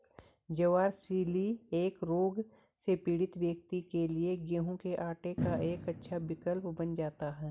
ज्वार coeliac रोग से पीड़ित व्यक्तियों के लिए गेहूं के आटे का एक अच्छा विकल्प बन जाता है